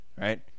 right